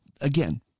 again